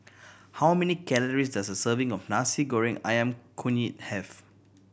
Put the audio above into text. how many calories does a serving of Nasi Goreng Ayam Kunyit have